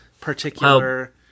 particular